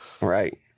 Right